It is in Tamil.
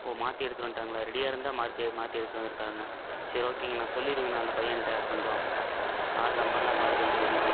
ஓ மாற்றி எடுத்துட்டு வந்துட்டாங்களா ரெடியாக இருந்துதான் மாருத்தி மாற்றி எடுத்துட்டு வந்துருக்காங்க சரி ஓகேங்கண்ணா சொல்லியிருங்கண்ணா அந்த பையன்கிட்ட கொஞ்சம் ஆர்டரு நம்பர்லாம் பார்த்து எழுதி வைய்ங்கணா